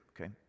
Okay